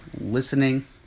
listening